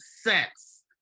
sex